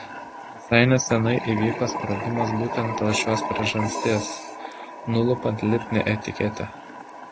visai neseniai įvyko sprogimas būtent dėl šios priežasties nulupant lipnią etiketę